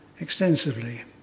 extensively